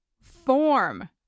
form